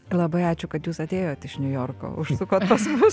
labai ačiū kad jūs atėjot iš niujorko užsukot pas mus